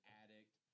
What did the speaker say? addict